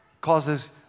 causes